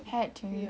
had to